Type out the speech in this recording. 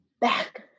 back